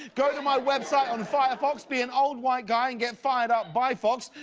go to my website on firefox, be an old white guy and get fired up by fox.